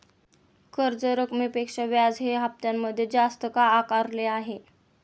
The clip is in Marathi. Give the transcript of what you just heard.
कर्ज रकमेपेक्षा व्याज हे हप्त्यामध्ये जास्त का आकारले आहे?